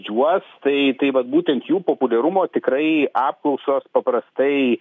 juos tai tai vat būtent jų populiarumo tikrai apklausos paprastai